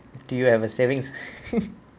do you have a savings